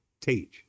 teach